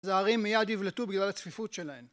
והערים מיד יבלטו בגלל הצפיפות שלהן